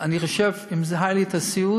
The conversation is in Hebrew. אני חושב שאם היה לי הסיעוד,